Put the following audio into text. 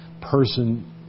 person